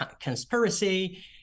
conspiracy